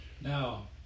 Now